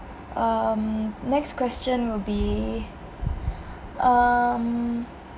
um next question will be um